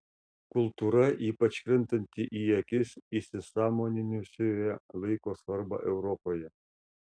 kultūra ypač krintanti į akis įsisąmoninusioje laiko svarbą europoje